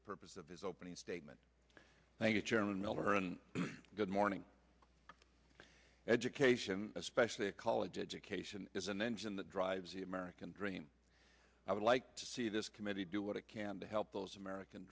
the purpose of his opening statement thank you chairman miller on good morning education especially a college education is an engine that drives the american dream i would like to see this committee do what it can to help those american